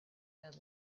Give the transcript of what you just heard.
head